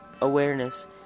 awareness